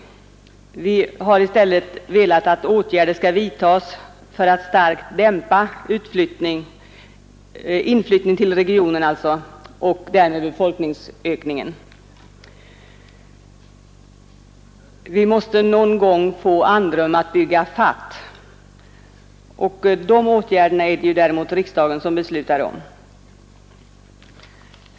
Vi har i stället velat att åtgärder skall vidtagas för att starkt dämpa inflyttning till regionen och därmed befolkningsökningen. Vi måste någon gång få andrum så att vi kan bygga i fatt. Dessa åtgärder är det dock riksdagen som beslutar om.